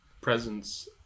presence